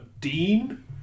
dean